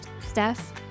Steph